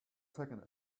taking